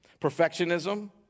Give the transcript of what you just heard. Perfectionism